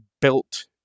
built